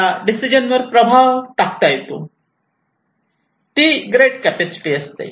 मला डिसिजन वर प्रभाव टाकता येतो ती ग्रेट कॅपॅसिटी असते